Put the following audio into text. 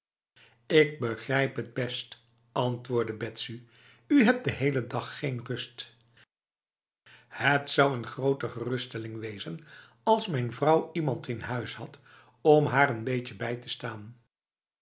ik begrijp het best antwoordde betsy ij hebt de hele dag geen rust het zou een grote geruststelling wezen als mijn vrouw iemand in huis had om haar n beetje bij te staanf